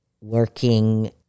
working